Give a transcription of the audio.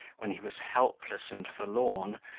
when he was helpless and forlorn,